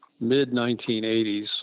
mid-1980s